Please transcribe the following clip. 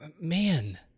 Man